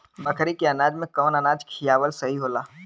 बकरी के अनाज में कवन अनाज खियावल सही होला?